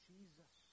Jesus